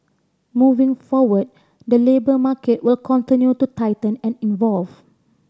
moving forward the labour market will continue to tighten and evolve